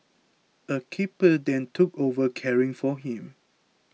a keeper then took over caring for him